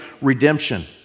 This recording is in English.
redemption